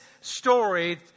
story